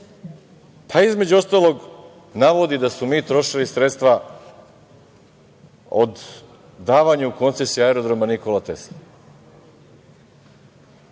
Pa, između ostalog, navodi da smo mi trošili sredstva od davanja koncesije Aerodroma „Nikola Tesla“.